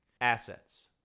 Assets